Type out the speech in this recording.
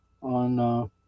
on –